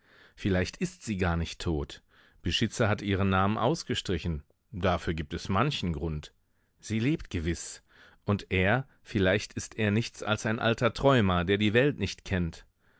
vielleicht ist sie gar nicht tot beschitzer hat ihren namen ausgestrichen dafür gibt es manchen grund sie lebt gewiß und er vielleicht ist er nichts als ein alter träumer der die welt nicht kennt